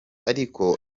ariko